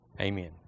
Amen